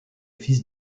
fils